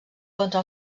contra